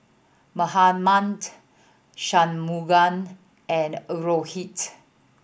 Mahatma Shunmugam and Rohit